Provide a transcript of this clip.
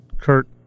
Kurt